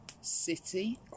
City